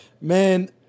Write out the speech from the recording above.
Man